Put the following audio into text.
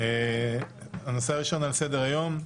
הנושא הראשון על סדר-היום: